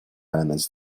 elements